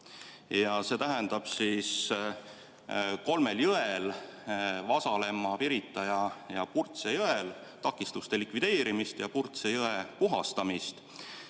See tähendab kolmel jõel – Vasalemma, Pirita ja Purtse jõel – takistuste likvideerimist ja Purtse jõe puhastamist.